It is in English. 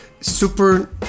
super